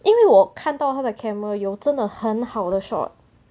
因为我看到他的 camera 有真的很好的 shot